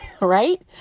right